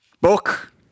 Book